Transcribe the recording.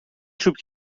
چوب